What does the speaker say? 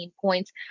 points